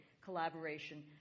collaboration